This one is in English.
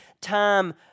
time